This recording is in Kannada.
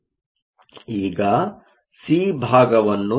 ಈಗ ಸಿ ಭಾಗವನ್ನು ನೋಡೋಣ